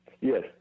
Yes